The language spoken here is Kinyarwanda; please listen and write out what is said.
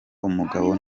umugabo